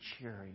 cheering